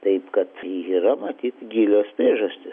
taip kad yra matyt gilios priežastys